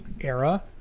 era